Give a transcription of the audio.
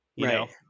Right